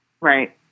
Right